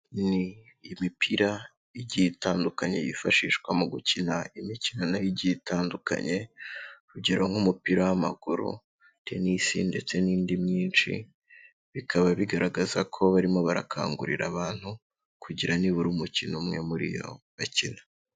Ni imipira igi itandukanye yifashishwa mu gukina imikino igi itandukanye, urugero nk'umupira w'amaguru tenosi ndetse n'indi myinshi, bikaba bigaragaza ko barimo barakangurira abantu kugira nibura umukino umwe muri yo bakina.